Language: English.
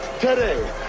today